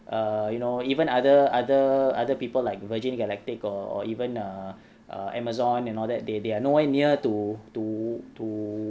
err you know even other other other people like Virgin Galactic or or even err Amazon and all that they they are nowhere near to to to